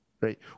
Right